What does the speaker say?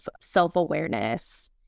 self-awareness